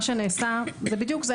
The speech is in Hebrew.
מה שנעשה זה בדיוק זה.